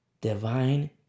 divine